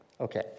Okay